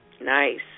nice